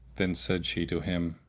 then said she to him,